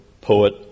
poet